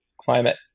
climate